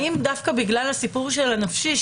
האם דווקא בגלל הסיפור של הנפשי,